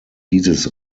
dieses